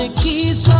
ah keys